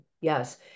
yes